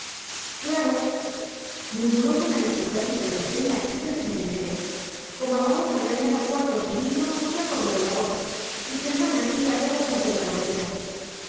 claro murmuró con aristocrático desdén la chica del merendero como a la otra le han dado cuartos y vino se ha corrido la voz y tendrán aquí a todas las de la romería